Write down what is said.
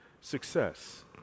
success